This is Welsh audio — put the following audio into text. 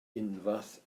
unfath